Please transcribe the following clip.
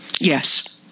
Yes